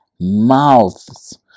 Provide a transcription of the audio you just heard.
mouths